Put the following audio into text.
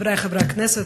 חברי חברי הכנסת,